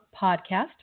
podcast